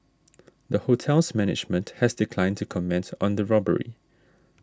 the hotel's management has declined to comment on the robbery